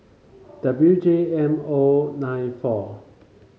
W J M O nine four